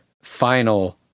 final